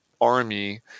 army